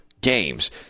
games